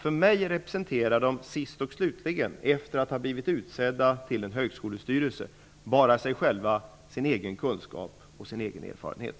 För mig representerar de sist och slutligen, efter det att de har blivit utsedda att ingå i en högskolestyrelse, bara sig själva, sin egen kunskap och sin egen erfarenhet.